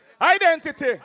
Identity